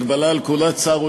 הגבלה על כהונת שר,